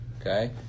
okay